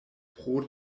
pro